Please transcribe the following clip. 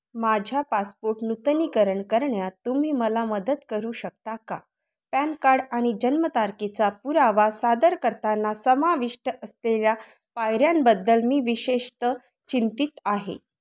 माझ्या पासपोट नूतनीकरण करण्यात तुम्ही मला मदत करू शकता का पॅन कार्ड आणि जन्मतारखेचा पुरावा सादर करताना समाविष्ट असलेल्या पायऱ्यांबद्दल मी विशेषतः चिंतित आहे